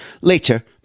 later